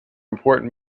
important